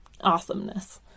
awesomeness